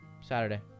Saturday